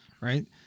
right